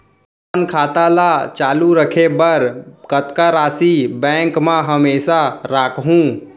अपन खाता ल चालू रखे बर कतका राशि बैंक म हमेशा राखहूँ?